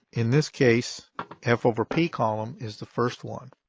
in this case f over p column is the first one.